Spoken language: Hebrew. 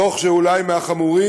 דוח שהוא אולי מהחמורים